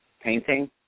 Painting